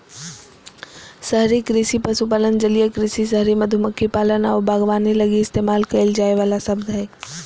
शहरी कृषि पशुपालन, जलीय कृषि, शहरी मधुमक्खी पालन आऊ बागवानी लगी इस्तेमाल कईल जाइ वाला शब्द हइ